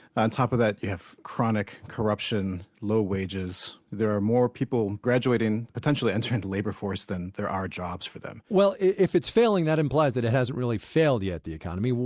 on top of that, you have chronic corruption, low wages. there are more people graduating, potentially entering the labor force, than there are jobs for them well if it's failing, that implies that it hasn't really failed yet, the economy.